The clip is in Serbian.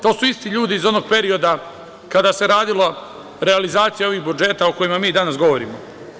To su isti ljudi iz onog perioda kada se radila realizacija ovih budžeta, o kojima mi danas govorimo.